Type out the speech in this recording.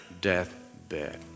deathbed